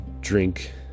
drink